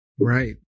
Right